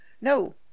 No